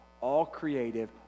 all-creative